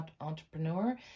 entrepreneur